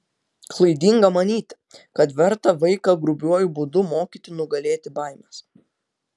klaidinga manyti kad verta vaiką grubiuoju būdu mokyti nugalėti baimes